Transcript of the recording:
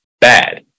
bad